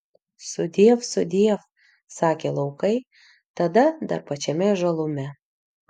sudiev sudiev sakė laukai tada dar pačiame žalume